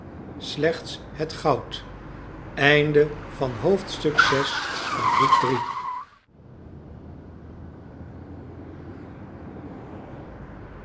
slechts het goud